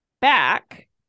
Back